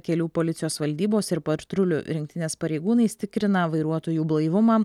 kelių policijos valdybos ir partrulių rinktinės pareigūnais tikrina vairuotojų blaivumą